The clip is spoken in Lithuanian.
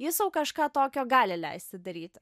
jis sau kažką tokio gali leisti daryti